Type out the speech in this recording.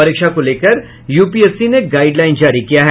परीक्षा को लेकर यूपीएससी ने गाईडलाइन जारी किया है